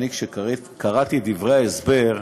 כשקראתי את דברי ההסבר,